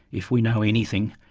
if we know any thing,